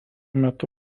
metu